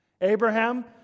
Abraham